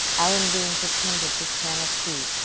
alan bean pretended to channel pete,